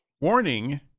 Warning